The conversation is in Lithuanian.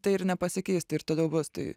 tai ir nepasikeis tai ir toliau bus tai